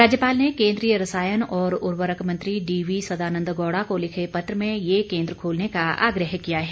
राज्यपाल ने केंद्रीय रसायन और उर्वरक मंत्री डीवीसदानंद गौड़ा को लिखे पत्र में ये केंद्र खोलने का आग्रह किया है